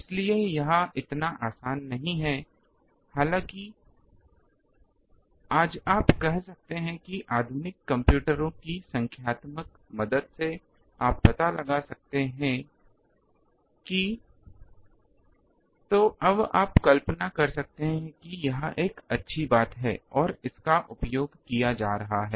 इसलिए यह इतना आसान नहीं है हालांकि आज आप कह सकते हैं कि आधुनिक कंप्यूटरों कि संख्यात्मक की मदद से आप पता लगा सकते हैं कि तो अब आप कल्पना कर सकते हैं कि यह एक अच्छी बात है और इसका उपयोग किया जा रहा है